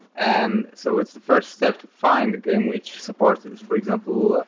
and so it's the first step, to find the game which supports this. for example,